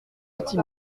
athis